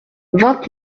vingt